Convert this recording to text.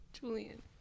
Julian